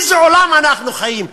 באיזה עולם אנחנו חיים?